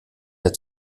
der